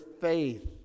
faith